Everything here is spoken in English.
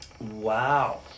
wow